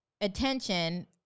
attention